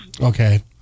Okay